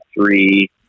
three